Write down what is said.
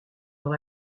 dans